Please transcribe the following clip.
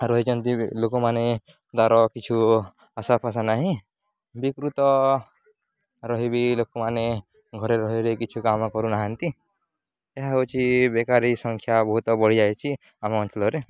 ରହିଛନ୍ତି ଲୋକମାନେ ତା'ର କିଛୁ ଆଶା ପାଶା ନାହିଁ ବିକୃତ ରହିବି ଲୋକମାନେ ଘରେ ରହିଲେ କିଛି କାମ କରୁନାହାନ୍ତି ଏହା ହେଉଛି ବେକାରୀ ସଂଖ୍ୟା ବହୁତ ବଢ଼ିଯାଇଛି ଆମ ଅଞ୍ଚଳରେ